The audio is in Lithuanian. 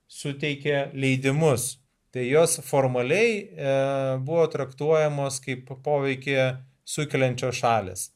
suteikė leidimus tai jos formaliai ae buvo traktuojamos kaip poveikį sukeliančios šalys